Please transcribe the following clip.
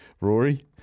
Rory